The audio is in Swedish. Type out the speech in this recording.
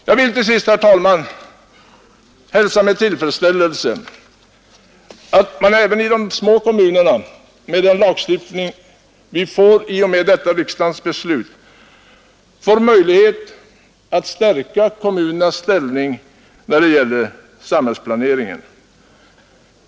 Jag vill till sist, herr talman, hälsa med tillfredsställelse att man även i de små kommunerna, med den lagstiftning som införs i och med detta riksdagens beslut, får möjlighet att stärka kommunernas ställning när det gäller samhällsplaneringen.